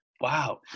Wow